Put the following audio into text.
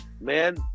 man